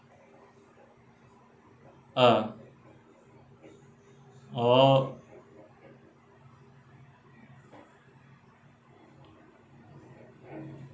uh orh